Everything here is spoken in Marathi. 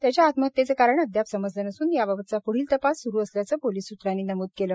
त्याच्या आत्महत्येमागचं कारण अद्याप समजलं नसून याबाबतचा प्ढील तपास स्रु असल्याचं पोलीस सूत्रांनी सांगितलं